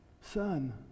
Son